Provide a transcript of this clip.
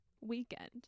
weekend